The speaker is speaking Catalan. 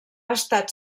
estat